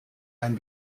ein